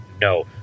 no